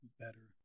better